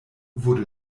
wurde